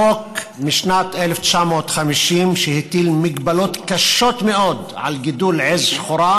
החוק משנת 1950 הטיל מגבלות קשות מאוד על גידול עז שחורה,